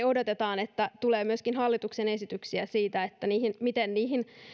odotetaan että tulee myöskin hallituksen esityksiä siitä miten niihin